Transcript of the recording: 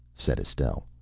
said estelle.